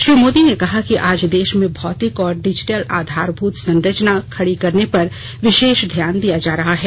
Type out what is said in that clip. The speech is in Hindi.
श्री मोदी ने कहा कि आज देश में भौतिक और डिजिटल आधारभूत संरचना खड़ी करने पर विशेष ध्यान दिया जा रहा है